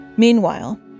Meanwhile